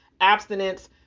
abstinence